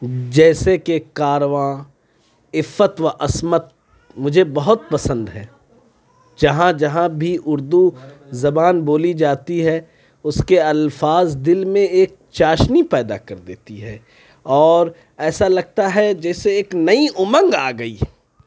جیسے کہ کارواں عفت و عصمت مجھے بہت پسند ہے جہاں جہاں بھی اُردو زبان بولی جاتی ہے اُس کے الفاظ دِل میں ایک چاشنی پیدا کر دیتی ہے اور ایسا لگتا ہے جیسے ایک نئی اُمنگ آ گئی